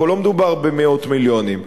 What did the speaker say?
פה לא מדובר במאות מיליונים,